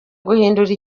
guhindura